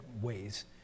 ways